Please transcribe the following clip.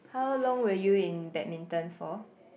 how long were you in badminton for